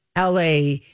LA